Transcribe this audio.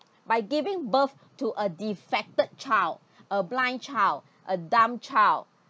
by giving birth to a defected child a blind child a dumb child